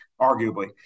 arguably